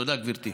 תודה, גברתי.